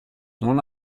non